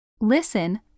Listen